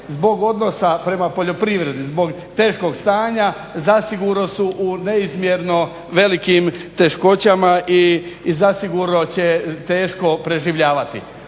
zbog odnosa prema poljoprivredi. Zbog teškog stanja zasigurno su u neizmjerno velikim teškoćama i zasigurno će teško preživljavati.